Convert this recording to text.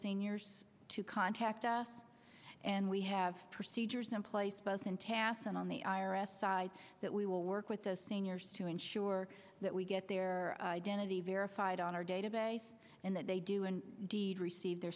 seniors to contact us and we have procedures in place both in tasks and on the i r s side that we will work with the seniors to ensure that we get their identity verified on our database and that they do in deed receive their